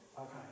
Okay